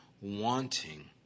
wanting